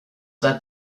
that